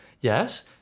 Yes